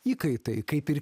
įkaitai kaip ir